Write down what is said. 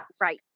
right